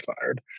fired